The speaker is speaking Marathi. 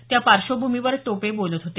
त्या पार्श्वभूमीवर टोपे बोलत होते